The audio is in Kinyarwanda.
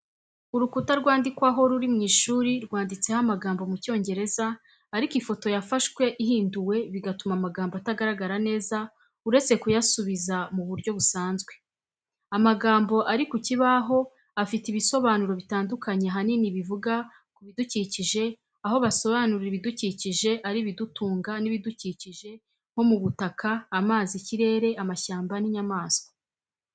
Urukuta rwandikwaho ruri mu ishuri rwanditseho amagambo mu cyongereza ariko ifoto yafashwe ihinduwe bigatuma amagambo atagaragara neza uretse kuyasubiza mu buryo busanzwe. Amagambo ari ku kibaho afiteaibisobanuro bitandukanye ahanini bivuga ku bidukikije aho basobanura ibidukikije ari ibidutunga n’ibidukikije nko mu butaka, amazi, ikirere, amashyamba n’inyamaswa.